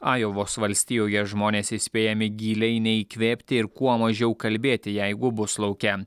ajovos valstijoje žmonės įspėjami giliai neįkvėpti ir kuo mažiau kalbėti jeigu bus lauke